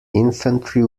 infantry